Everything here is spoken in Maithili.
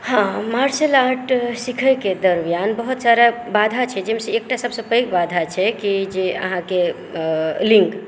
हाँ मार्शल आर्ट सीखयके दरम्यान बहुत सारा बाधा छै जाहिमे सँ एकटा सबसँ पैघ बाधा छै कि जे आहाँके लिंग